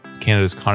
Canada's